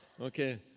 Okay